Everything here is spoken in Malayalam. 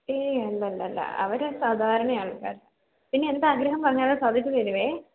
ഏ അല്ലല്ലല്ല അവർ സാധാരണ ആൾക്കാരാണ് പിന്നെ എന്താഗ്രഹം പറഞ്ഞാലും സാധിച്ച് തരുമേ